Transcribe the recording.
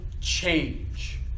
change